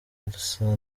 elsa